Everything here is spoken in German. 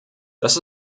das